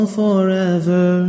forever